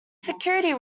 security